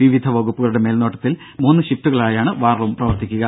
വിവിധ വകുപ്പുകളുടെ മേൽനോട്ടത്തിൽ മൂന്ന് ഷിഫ്റ്റുകളായാണ് വാർ റൂം പ്രവർത്തിക്കുക